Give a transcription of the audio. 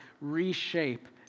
reshape